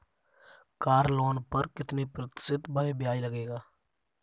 Car loan पर कितने प्रतिशत ब्याज लगेगा?